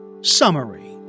Summary